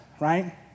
right